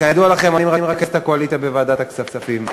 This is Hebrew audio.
כידוע לכם, אני מרכז את הקואליציה בוועדת הכספים.